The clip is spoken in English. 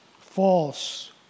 False